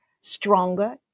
stronger